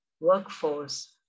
workforce